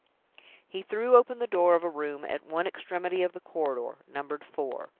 he threw open the door of a room at one extremity of the corridor, numbered four.